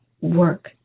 work